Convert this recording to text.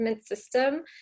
system